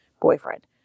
boyfriend